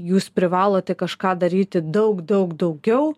jūs privalote kažką daryti daug daug daugiau